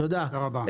תודה רבה.